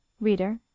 Reader